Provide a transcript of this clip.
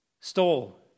stole